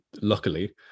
luckily